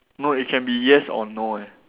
no it can be yes or no eh